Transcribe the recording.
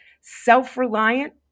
self-reliant